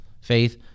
faith